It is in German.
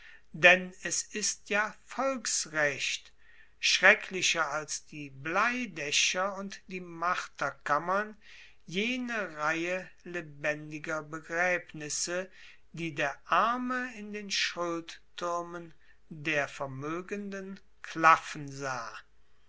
denn es ist ja volksrecht schrecklicher als die bleidaecher und die marterkammern jene reihe lebendiger begraebnisse die der arme in den schuldtuermen der vermoegenden klaffen sah